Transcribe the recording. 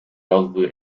rozwój